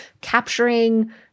capturing